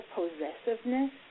possessiveness